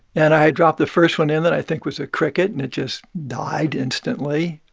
and i had dropped the first one in that i think was a cricket. and it just died instantly.